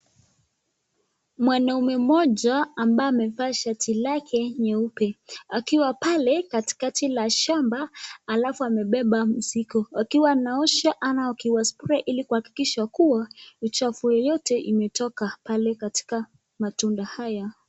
Mwanamume mmoja ambaye amevaa shati lake nyeupe akiwa pale katikati la shamba alafu amebeba mzigo, akiwa anaosha ama akiwa anaspray ili kuhakikisha kuwa uchafu yoyote imetoka pale katika matunda haya.